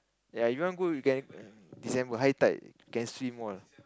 ya if you want go you can December high tide you can swim all